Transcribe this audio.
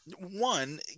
one